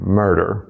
murder